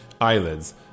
eyelids